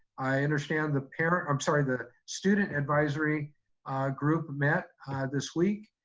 i understand the parent, i'm sorry, the student advisory group met this week.